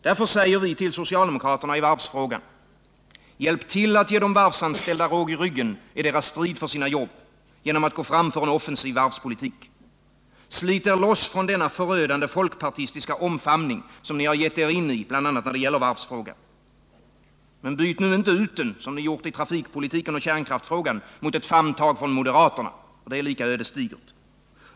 Därför säger vi till socialdemokraterna i varvsfrågan: Hjälp till att ge de varvsanställda råg i ryggen i deras strid för sina jobb, genom att gå fram för en offensiv varvspolitik. Slit er loss från denna förödande folkpartistiska omfamning, som ni gett er in i bl.a. när det gäller varvsfrågan. Men byt inte ut den, som ni gjort i trafikpolitiken och kärnkraftsfrågan, mot ett famntag från moderaterna. Det är lika ödesdigert.